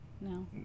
No